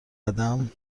قدم